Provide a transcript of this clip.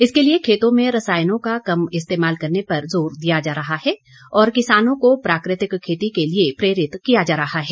इसके लिए खेतों में रसायनों का कम इस्तेमाल करने पर जोर दिया जा रहा है और किसानों को प्राकृतिक खेती के लिए प्रेरित किया जा रहा है